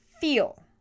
feel